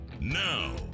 now